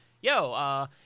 yo